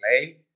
play